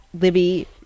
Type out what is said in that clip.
Libby